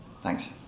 Thanks